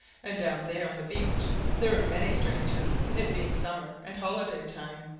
and down there on the beach there were many strangers, it being summer, and holiday time,